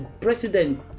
President